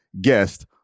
guest